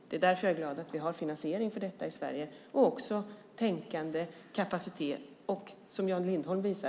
Därför är jag glad att vi har finansiering för detta i Sverige och även tänkande, kapacitet och engagemang, som Jan Lindholm visar.